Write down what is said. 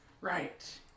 Right